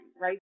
right